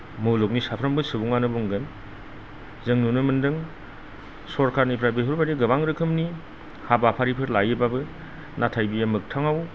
मुलुगनि साफ्रोमबो सुबुंआनो बुंगोन जों नुनो मोनदों सरकारनिफ्राय बेफोरबादि गोबां रोखोमनि हाबाफारिफोर लायोबाबो नाथाय बियो मोगथांआव